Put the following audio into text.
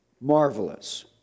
marvelous